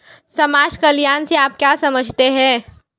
समाज कल्याण से आप क्या समझते हैं?